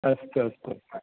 अस्तु अस्तु अस्तु